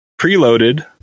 preloaded